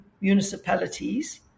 municipalities